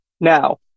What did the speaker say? Now